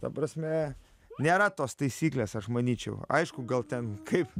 ta prasme nėra tos taisyklės aš manyčiau aišku gal ten kaip